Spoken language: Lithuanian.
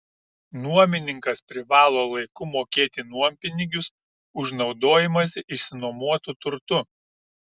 nuomininkas privalo laiku mokėti nuompinigius už naudojimąsi išsinuomotu turtu